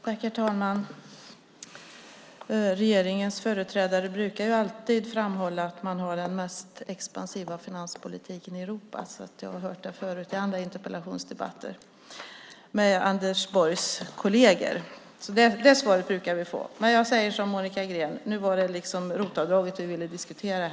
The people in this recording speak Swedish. Herr talman! Regeringens företrädare brukar alltid framhålla att man har den mest expansiva finanspolitiken i Europa. Det har jag hört förut, i andra interpellationsdebatter med Anders Borgs kolleger. Det svaret brukar vi få. Men jag säger som Monica Green: Nu var det ROT-avdraget vi ville diskutera.